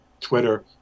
Twitter